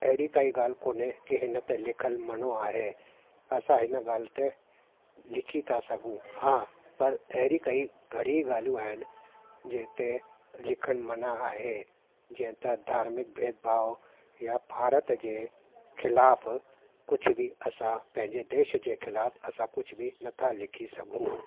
अहिड़ी काई गाल्हि कोन्हे कि हिनते लिखियल मणो आहे असां हिन गाल्हि ते लिखी था सघूं हा पर अहिड़ी कई घणी ॻाल्हियूं आहिनि जे हिते लिखणु मना आहे जीअं त धार्मिक भेदभाव या भारत जे खिलाफ़ कुझु बि असां पंहिंजे देश जे खिलाफ़ असां कुझु बि न था लिखी सघूं